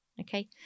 Okay